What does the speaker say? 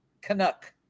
Canuck